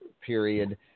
period